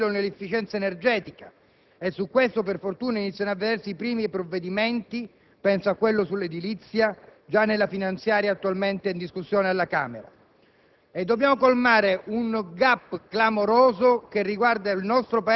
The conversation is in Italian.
Su questo dobbiamo lavorare: risparmio energetico, inteso come politiche che stimolino l'efficienza energetica. Su questo per fortuna iniziano a vedersi i primi provvedimenti; penso a quello sull'edilizia già nella finanziaria attualmente in discussione alla Camera.